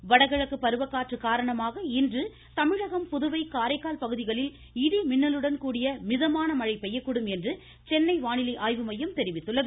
வானிலை வடகிழக்கு பருவகாற்று காரணமாக இன்று தமிழகம் புதுவை காரைக்கால் பகுதிகளில் இடி மின்னலுடன் கூடிய மிதமான மழை பெய்யக்கூடும் என்று சென்னை வானிலை ஆய்வுமையம் தெரிவித்துள்ளது